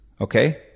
okay